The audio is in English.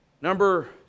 Number